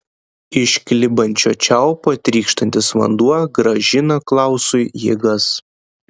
iš klibančio čiaupo trykštantis vanduo grąžina klausui jėgas